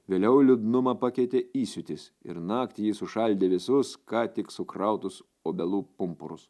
vėliau liūdnumą pakeitė įsiūtis ir naktį ji sušaldė visus ką tik sukrautus obelų pumpurus